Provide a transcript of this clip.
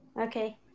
Okay